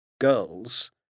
girls